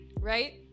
right